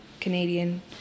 Canadian